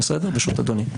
ברשות אדוני.